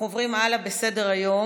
אנחנו עוברים הלאה בסדר-היום,